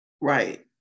Right